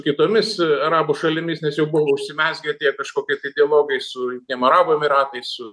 kitomis arabų šalimis nes jau buvo užsimezgę tie kažkokie tai dialogai su tiem arabų emyratais su